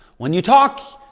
when you talk,